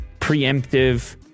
preemptive